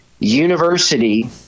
University